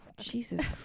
jesus